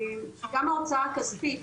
גם ההוצאה הכספית,